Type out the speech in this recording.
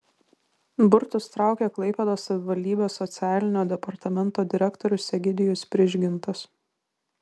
burtus traukė klaipėdos savivaldybės socialinio departamento direktorius egidijus prižgintas